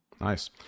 Nice